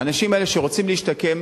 האנשים האלה, שרוצים להשתקם,